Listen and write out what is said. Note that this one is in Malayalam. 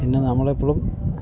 പിന്നെ നമ്മളെപ്പോഴും